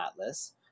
Atlas